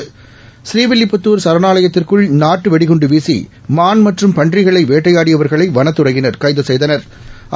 பூநீவில்லிபுத்தூர் சரணாலயத்திற்குள் நாட்டுவெடிகுண்டுவீசிமான் மற்றும் பன்றிகளைவேட்டையாடியவா்களைவனத்துறையினா் கைதுசெய்தனா்